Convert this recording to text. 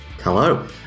Hello